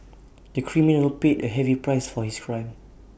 the criminal paid A heavy price for his crime